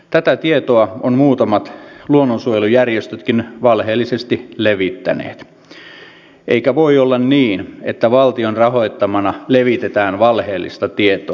tätä tietoa ovat muutamat luonnonsuojelujärjestötkin valheellisesti levittäneet eikä voi olla niin että valtion rahoittamana levitetään valheellista tietoa